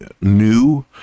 new